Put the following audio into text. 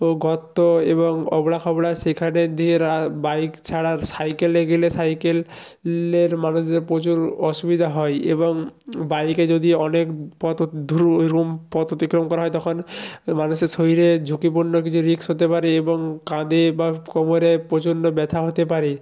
গর্ত এবং এবড়োখেবড়ো সেখানে দিয়ে বাইক ছাড়া সাইকেলে গেলে সাইকেল লের মানুষদের প্রচুর অসুবিধা হয় এবং বাইকে যদি অনেক পথ পথ অতিক্রম করা হয় তখন মানুষের শরীরে ঝুঁকিপূর্ণ কিছু রিস্ক হতে পারে এবং কাঁধে বা কোমরে প্রচণ্ড ব্যথা হতে পারে